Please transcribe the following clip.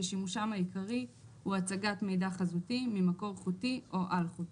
ששימושם העיקרי הוא הצגת מידע חזותי ממקור חוטי או אלחוטי."